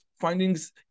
findings